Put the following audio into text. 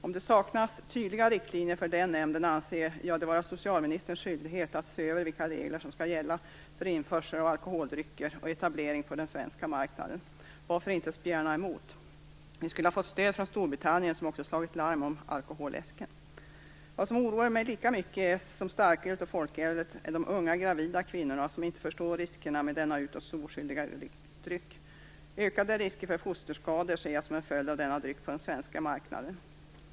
Om det saknas tydliga riktlinjer för denna nämnd anser jag det vara socialministerns skyldighet att se över vilka regler som skall gälla för införsel av alkoholdrycker och etablering på den svenska marknaden. Varför inte spjärna emot? Vi skulle ha fått stöd från Storbritannien som också har slagit larm om alkoläsken. Vad som oroar mig lika mycket som starkölet och folkölet är de unga gravida kvinnor som inte förstår riskerna med denna utåt så oskyldiga dryck. Jag ser ökade risker för fosterskador som en följd av att denna dryck finns på den svenska marknaden.